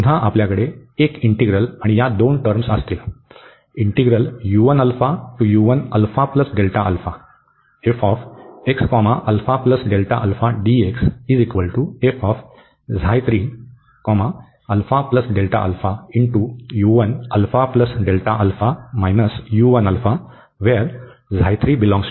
तर पुन्हा आपल्याकडे एक इंटीग्रल आणि या दोन टर्म असतील